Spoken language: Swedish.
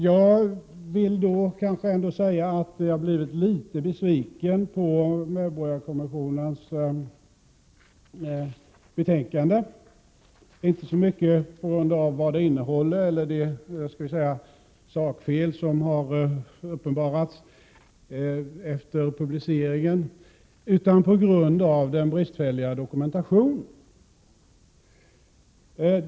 Jag vill kanske ändå säga att jag har blivit litet besviken på medborgarkommissionens betänkande, inte så mycket på grund av de sakfel som har uppenbarats efter publiceringen utan på grund av den bristfälliga dokumentationen.